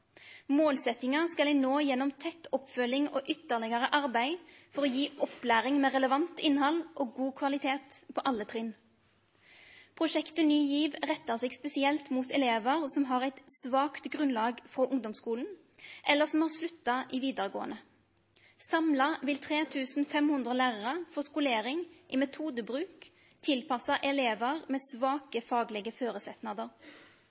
skal ein nå gjennom tett oppfølging og ytterlegare arbeid for å gi opplæring med relevant innhald og god kvalitet på alle trinn. Prosjektet Ny GIV rettar seg spesielt mot elevar som har eit svakt grunnlag frå ungdomsskolen, eller som har slutta i vidaregåande. Samla vil 3 500 lærarar få skolering i metodebruk tilpassa elevar med